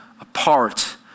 apart